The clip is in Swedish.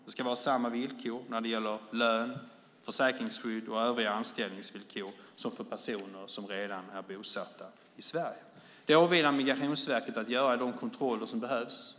Det ska vara samma villkor när det gäller lön, försäkringsskydd och övriga anställningsvillkor som för personer som redan är bosatta i Sverige. Det åligger Migrationsverket att göra de kontroller som behövs.